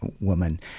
woman